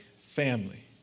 family